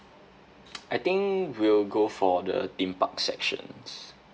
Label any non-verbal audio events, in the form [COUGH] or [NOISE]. [NOISE] I think we'll go for the theme park sections